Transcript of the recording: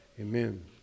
Amen